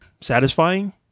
satisfying